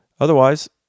Otherwise